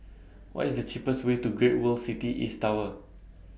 What IS cheapest Way to Great World City East Tower